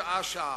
שעה שעה,